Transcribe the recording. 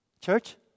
Church